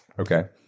okay.